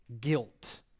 guilt